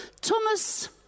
Thomas